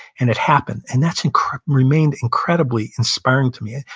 and it happened. and that's incred, remained incredibly inspiring to me.